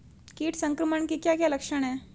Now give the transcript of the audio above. कीट संक्रमण के क्या क्या लक्षण हैं?